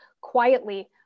quietly